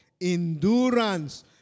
endurance